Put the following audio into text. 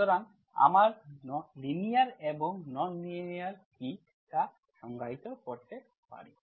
সুতরাং আমরা লিনিয়ার এবং নন লিনিয়ার কী তা সংজ্ঞায়িত করতে পারি